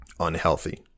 unhealthy